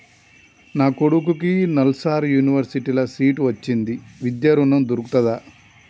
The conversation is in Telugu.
నా కొడుకుకి నల్సార్ యూనివర్సిటీ ల సీట్ వచ్చింది విద్య ఋణం దొర్కుతదా?